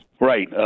Right